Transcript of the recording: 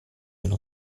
uno